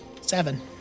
Seven